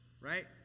Right